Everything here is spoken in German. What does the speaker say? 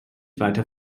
weiter